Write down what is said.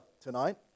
tonight